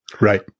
Right